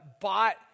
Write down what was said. bought